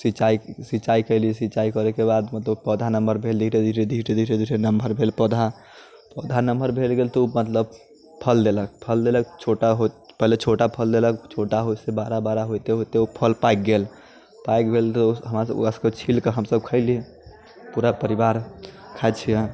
सिञ्चाइ सिञ्चाइ कैली सिञ्चाइ करैके बाद मतलब पौधा नमहर भेल धीरे धीरे धीरे धीरे नमहर भेल पौधा पौधा नमहर भेल गेल तऽ ओ मतलब फल देलक फल देलक छोटा होत पहले छोटा फल देलक ओइसँ बड़ा बड़ा होते होते उ फल पाइक गेल पाइक गेल तऽ हमरा सब ओकरा छीलके हमसब खइली पूरा परिवार खाइ छियै